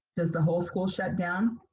does the whole school shut down?